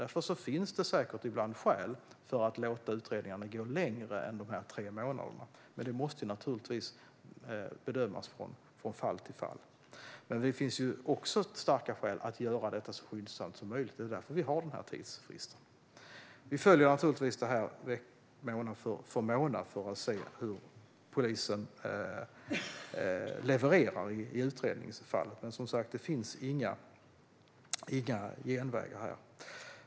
Därför finns det säkert ibland skäl att låta utredningarna hålla på längre än tre månader, men det måste naturligtvis bedömas från fall till fall. Det finns också starka skäl att göra detta så skyndsamt som möjligt. Det är därför vi har denna tidsfrist. Vi följer naturligtvis detta månad för månad för att se hur polisen levererar i utredningsfallen. Men det finns, som sagt, inga genvägar.